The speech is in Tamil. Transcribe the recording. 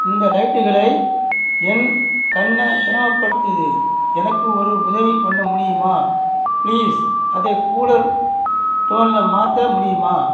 இந்த லைட்டுகளை என் கண்ணை சிரமப்படுத்துது எனக்கு ஒரு உதவி பண்ண முடியுமா ப்ளீஸ் அதை கூலர் டோனில் மாற்ற முடியுமா